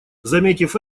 заметив